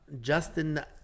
Justin